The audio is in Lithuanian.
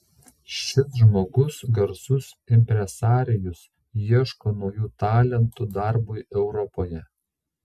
šis žmogus garsus impresarijus ieško naujų talentų darbui europoje